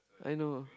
I know